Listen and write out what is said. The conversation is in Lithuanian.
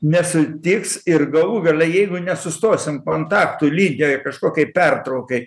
nesutiks ir galų gale jeigu nesustosim kontaktų linijoj kažkokiai pertraukai